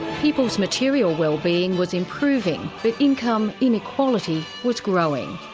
people's material wellbeing was improving, but income inequality was growing.